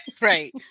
Right